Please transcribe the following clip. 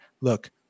Look